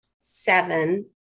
seven